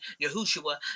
Yahushua